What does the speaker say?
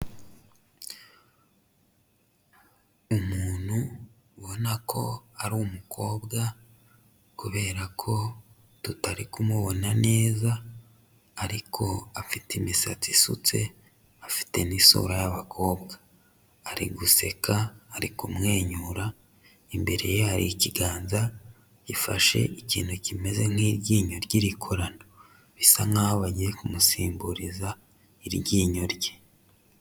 Umuntu ubona ko ari umukobwa kubera ko tutari kumubona neza, ariko afite imisatsi isutse, afite n'isura y'abakobwa. Ari guseka, ari kumwenyura, imbere ye hari ikiganza gifashe ikintu kimeze nk'iryinyo ry'irikorano, bisa nkaho bagiye kumusimburiza iryinyo rye.